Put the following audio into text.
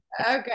Okay